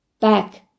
back